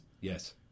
Yes